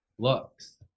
looks